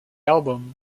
album